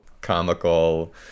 comical